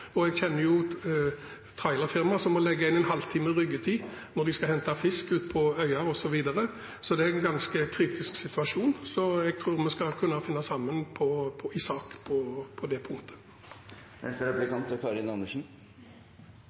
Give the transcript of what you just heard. og jeg kjenner til trailerfirma som må legge inn en halvtimes ryggetid når de skal hente fisk ute på øyene, osv. Så det er en ganske kritisk situasjon, og jeg tror vi skal kunne finne sammen i sak på det